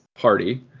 party